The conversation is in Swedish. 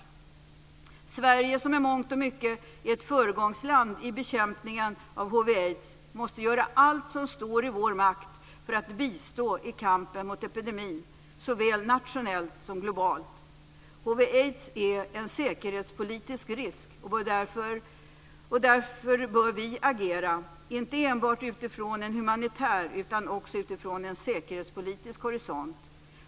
Vi i Sverige, som i mångt och mycket är ett föregångsland i bekämpningen av hiv aids är en säkerhetspolitisk risk, och därför bör vi agera inte enbart utifrån en humanitär utan också utifrån en säkerhetspolitisk horisont.